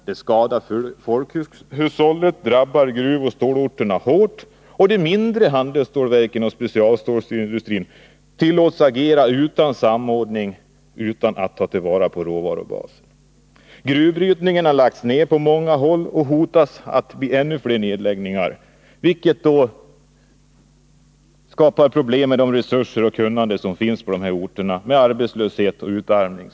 De skadar folkhushållet och drabbar gruvoch stålorterna hårt. De mindre handelsstålverken och specialstålsindustrin tillåts agera utan samordning och utan att ta till vara råvarubasen. Gruvbrytningen har lagts ned på många håll, och det hotas med ännu fler nedläggningar, vilket skapar problem med tanke på de resurser och det kunnande som finns på de här orterna. Följden blir arbetslöshet och utarmning.